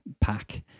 pack